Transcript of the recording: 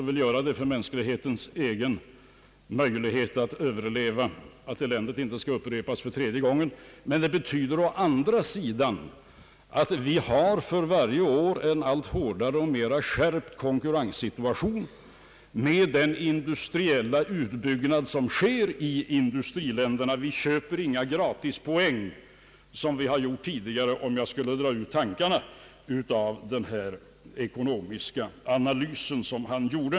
För mänsklighetens möjligheter att öÖverleva hoppas vi att eländet inte skall ske för tredje gången, men det betyder, enligt den nämnde professorn i nationalekonomi, att vi får en hårdare och mer skärpt konkurrenssituation på grund av den industriella utbyggnad som sker i industriländerna. Vi får inga gratispoäng, som vi fått tidigare — om jag nu skulle dra ut tankegångarna av den ekonomiska analys som professorn har gjort.